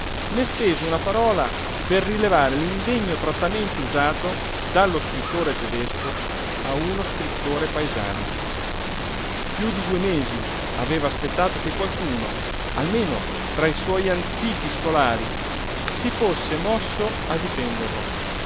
né speso una parola per rilevare l'indegno trattamento usato dallo scrittore tedesco a uno scrittor paesano piú di due mesi aveva aspettato che qualcuno almeno tra i suoi antichi scolari si fosse mosso a difenderlo